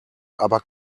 aber